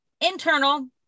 internal